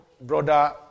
Brother